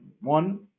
one